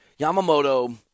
Yamamoto